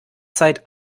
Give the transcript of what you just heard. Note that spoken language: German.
zeit